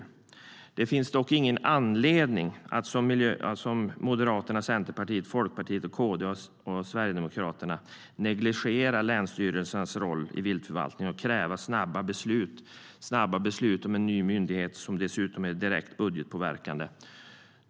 Det finns dock ingen anledning att som Moderaterna, Centerpartiet, Folkpartiet, Kristdemokraterna och Sverigedemokraterna negligera länsstyrelsernas roll i viltförvaltningen och kräva snabba beslut om en ny myndighet, som dessutom är direkt budgetpåverkande.